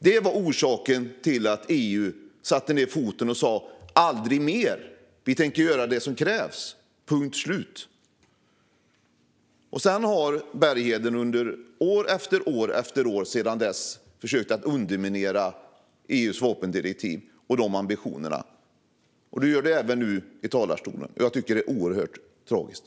Det var orsaken till att EU satte ned foten och sa: Aldrig mer! Vi tänker göra det som krävs, punkt slut. Sedan har Bergheden under år efter år sedan dess försökt underminera EU:s vapendirektiv och de ambitionerna. Han gör det även nu i talarstolen. Jag tycker att det är oerhört tragiskt.